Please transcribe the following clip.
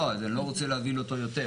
לא, אז אני לא רוצה להבהיל אותו יותר.